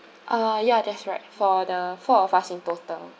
ah ya that's right for the four of us in total